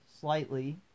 slightly